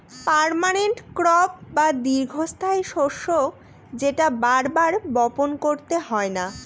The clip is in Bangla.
পার্মানান্ট ক্রপ বা দীর্ঘস্থায়ী শস্য যেটা বার বার বপন করতে হয় না